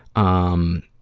um,